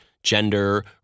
gender